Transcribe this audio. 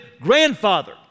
grandfather